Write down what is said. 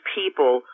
people